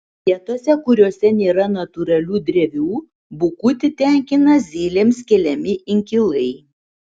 vietose kuriose nėra natūralių drevių bukutį tenkina zylėms keliami inkilai